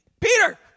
Peter